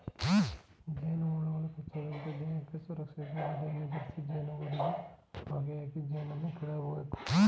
ಜೇನುಹುಳುಗಳು ಕಚ್ಚದಂತೆ ದೇಹಕ್ಕೆ ಸುರಕ್ಷಿತವಾದ ಬಟ್ಟೆಯನ್ನು ಧರಿಸಿ ಜೇನುಗೂಡಿಗೆ ಹೊಗೆಯಾಕಿ ಜೇನನ್ನು ಕೇಳಬೇಕು